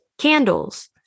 Candles